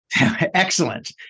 Excellent